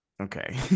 Okay